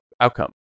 outcome